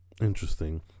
interesting